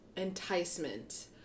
enticement